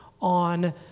on